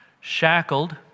shackled